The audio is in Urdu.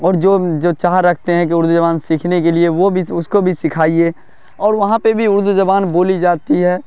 اور جو جو چاہ رکھتے ہیں کہ اردو زبان سیکھنے کے لیے وہ بھی اس کو بھی سکھائیے اور وہاں پہ بھی اردو زبان بولی جاتی ہے